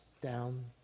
down